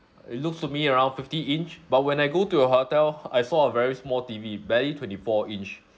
it looks to me around fifty inch but when I go to your hotel I saw a very small T_V barely twenty four inch